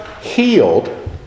healed